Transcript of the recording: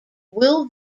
will